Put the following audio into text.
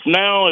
now